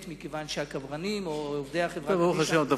מכיוון שהקברנים או עובדי חברה קדישא,